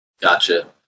Gotcha